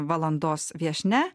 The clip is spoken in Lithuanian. valandos viešnia